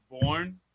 born